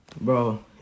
bro